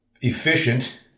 efficient